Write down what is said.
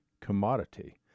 commodity